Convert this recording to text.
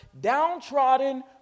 Downtrodden